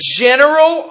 general